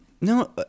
No